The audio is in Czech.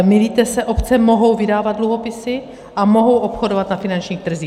Mýlíte se, obce mohou vydávat dluhopisy a mohou obchodovat na finančních trzích.